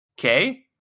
okay